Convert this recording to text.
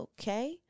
okay